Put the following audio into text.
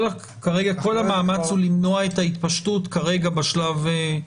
כרגע כל המאמץ הוא למנוע את ההתפשטות כרגע בשלב הזה.